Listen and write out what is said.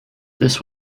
this